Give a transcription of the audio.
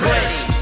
Ready